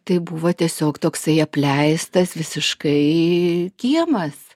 tai buvo tiesiog toksai apleistas visiškai kiemas